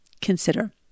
consider